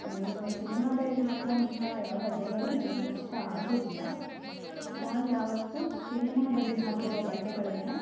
ಇನ್ನು ಸಿನಿಮಾದಲ್ಲಿ ಹಾಕುವಂಥ ಯಾವ ಬಟ್ಟೆಗಳು ನನಗೆ ಇಷ್ಟ ಆಗೋದಿಲ್ಲ ನಾನು ಯಾವತ್ತೂ ಸಿನಿಮಾದಲ್ಲಿ ಹಾಕಿರುವ ಬಟ್ಟೆಗಳನ್ನು